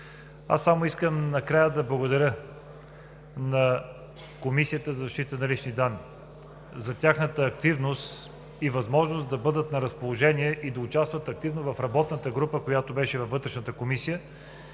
Накрая искам да благодаря на Комисията за защита на личните данни за тяхната активност и възможност да бъдат на разположение и да участват активно в работната група, която беше във Вътрешната комисия